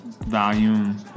volume